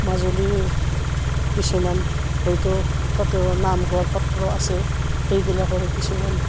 মাজুলীৰ কিছুমান হয়তো তাতে নামঘৰ সত্ৰ আছে সেইবিলাকৰো কিছুমান